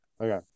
okay